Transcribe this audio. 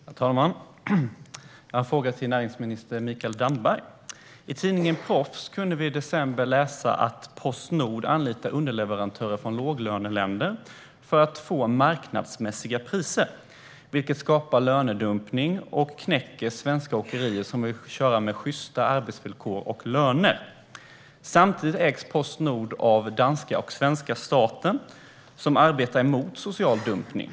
Herr talman! Jag har en fråga till näringsminister Mikael Damberg. I Tidningen Proffs kunde vi i december läsa att Postnord anlitar underleverantörer från låglöneländer för att få marknadsmässiga priser. Det skapar lönedumpning och knäcker svenska åkerier som vill köra med sjysta arbetsvillkor och löner. Samtidigt ägs Postnord av danska och svenska staten. som arbetar emot social dumpning.